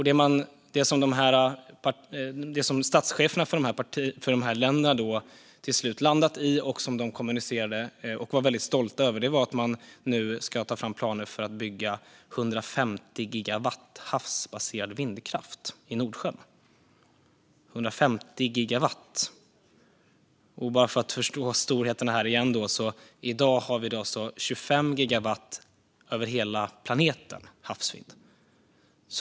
Det som statscheferna för dessa länder till slut har landat i, som de har kommunicerat och är väldigt stolta över, är att man nu ska ta fram planer för att bygga 150 gigawatt havsbaserad vindkraft i Nordsjön. Bara för att förstå storheten har vi i dag 25 gigawatt havsvind över hela planeten.